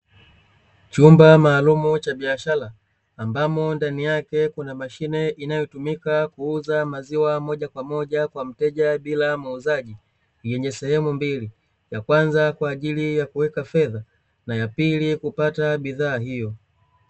Chumba maalumu cha biashara, ambamo ndani yake kuna mashine inayotumika kuuza maziwa moja kwa moja kwa mteja bila muuzaji, yenye sehemu mbili; ya kwanza kwa ajili ya kuweka fedha, na ya pili kupata bidhaa hiyo.